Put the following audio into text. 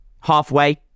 Halfway